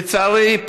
לצערי,